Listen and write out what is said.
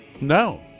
no